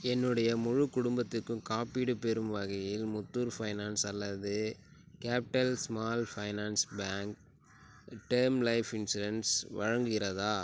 என்னுடைய முழு குடும்பத்துக்கும் காப்பீடு பெறும் வகையில் முத்தூட் ஃபைனான்ஸ் அல்லது capital small finance bank term life insurance வழங்குகிறதா